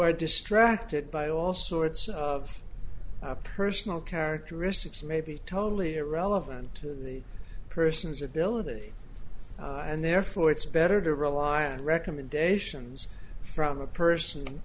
are distracted by all sorts of personal characteristics may be totally irrelevant to the person's ability and therefore it's better to rely on recommendations from a person